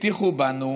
הטיחו בנו